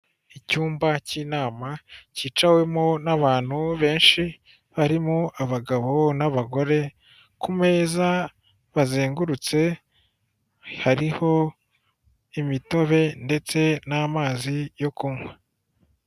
Icyumba k'inama kicawemo n'abantu benshi, barimo abagabo n'abagore. Ku meza bazengurutse, hariho imitobe ndetse n'amazi yo kunywa.